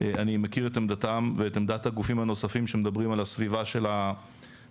אני מכיר את עמדתם ואת עמדת הגופים הנוספים שמדברים על הסביבה של ההר.